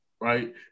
right